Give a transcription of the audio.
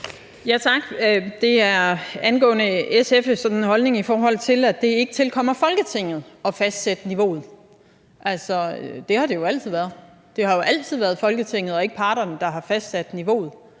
Tak. Det er angående SF's holdning til, at det ikke tilkommer Folketinget at fastsætte niveauet. Altså, sådan har det jo altid været. Det har jo altid været Folketinget og ikke parterne, der har fastsat niveauet.